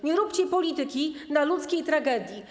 Nie róbcie polityki na ludzkiej tragedii.